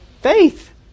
Faith